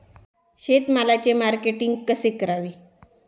शेतमालाचे मार्केटिंग कसे करावे?